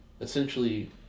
essentially